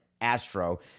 Astro